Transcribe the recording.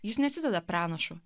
jis nesideda pranašu